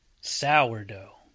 Sourdough